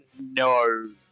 no